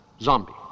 Zombie